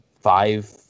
five